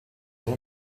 all